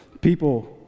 people